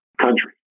country